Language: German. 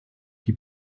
die